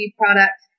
product